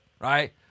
Right